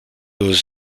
was